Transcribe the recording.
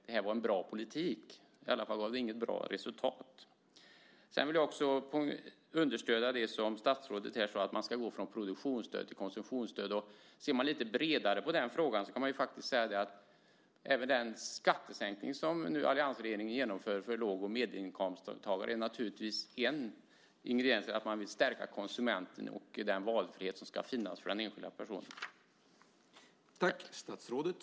Det gav i alla fall inget bra resultat. Sedan vill jag också understödja det som statsrådet sade om att man ska gå från produktionsstöd till konsumtionsstöd. Ser man lite bredare på den frågan kan man faktiskt säga att även den skattesänkning som alliansregeringen nu genomför för låg och medelinkomsttagare naturligtvis är en ingrediens i detta att stärka konsumenten och den valfrihet som ska finnas för den enskilda personen.